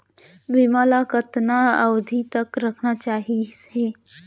बीमा ल कतना अवधि तक रखना सही हे?